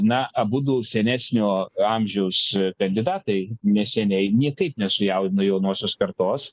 na abudu senesnio amžiaus kandidatai neseniai niekaip nesujaudino jaunosios kartos